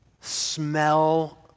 smell